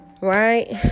right